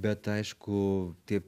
bet aišku tie